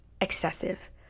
excessive